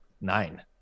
Nine